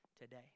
today